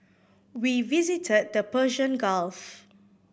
we visited the Persian Gulf